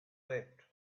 left